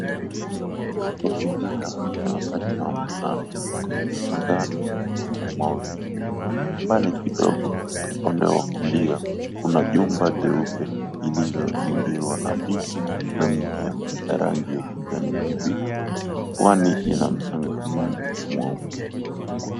Mazingira ya wakati wa mchana. Angani kuna mawingu. Mbali kidogo upande wa kulia kuna jumba jeupe lililozingirwa na miti na mimea ya rangi ya kijani kibichi. Pwani ina mchanga mwingi mweupe.